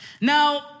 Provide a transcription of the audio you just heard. Now